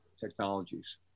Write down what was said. technologies